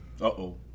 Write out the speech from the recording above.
Uh-oh